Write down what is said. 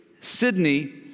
Sydney